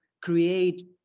create